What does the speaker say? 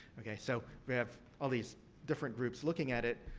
okay. so, we have all these different groups looking at it.